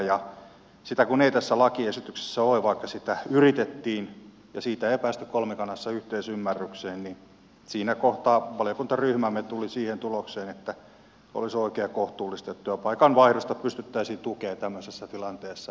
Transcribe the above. ja sitä kun ei tässä lakiesityksessä ole vaikka sitä yritettiin ja siitä ei päästy kolmikannassa yhteisymmärrykseen niin siinä kohtaa valiokuntaryhmämme tuli siihen tulokseen että olisi oikein ja kohtuullista että työpaikan vaihdosta pystyttäisiin tukemaan tämmöisessä tilanteessa